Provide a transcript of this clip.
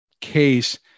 case